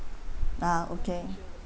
ah okay